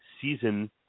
season